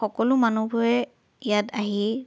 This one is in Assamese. সকলো মানুহবোৰে ইয়াত আহি